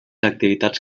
activitats